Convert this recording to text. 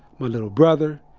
my little brother,